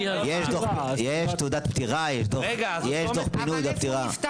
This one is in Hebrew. יש תעודת פטירת, יש דו"ח פינוי ופטירה.